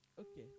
Okay